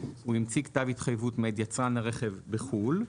הוא המציא כתב התחייבות מאת יצרן הרכב בחו"ל,